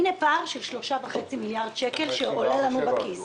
הנה פער של 3.5 מיליארד שקל שעולה לנו בכיס.